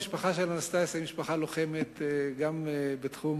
המשפחה של אנסטסיה היא משפחה לוחמת גם בתחום